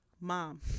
mom